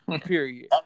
Period